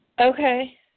Okay